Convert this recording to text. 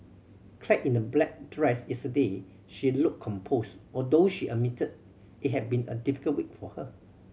clad in a black dress yesterday she looked composed although she admitted it had been a difficult week for her